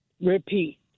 repeat